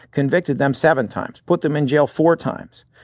convicted them seven times, put them in jail four times,